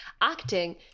acting